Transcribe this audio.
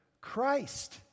Christ